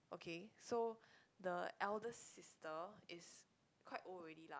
okay so the eldest sister quite old already lah